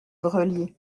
grelier